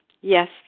Yes